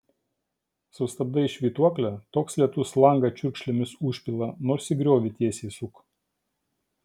sustabdai švytuoklę toks lietus langą čiurkšlėmis užpila nors į griovį tiesiai suk